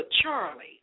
Charlie